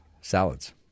salads